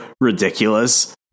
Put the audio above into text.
ridiculous